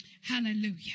Hallelujah